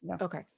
Okay